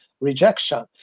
rejection